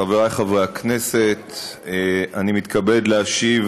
חבריי חברי הכנסת, אני מתכבד להשיב